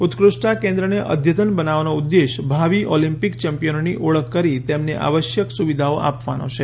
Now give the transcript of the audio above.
ઉત્કૃષ્તા કેન્દ્રોને અદ્યતન બનાવાનો ઉદ્દેશ્ય ભાવિ ઓલોમ્પિક ચેમ્પિયનોની ઓળખ કરી તેમને આવશ્યક સુવિધાઓ આપવાનો છે